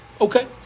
Okay